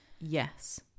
yes